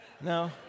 No